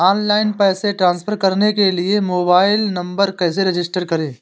Online पैसे transfer करने के लिए मोबाइल नंबर कैसे रजिस्टर करें?